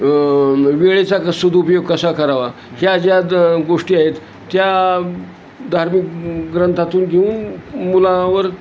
वेळेचा क सदउपयोग कसा करावा ह्या ज्या द गोष्टी आहेत त्या धार्मिक ग्रंथातून घेऊन मुलांवर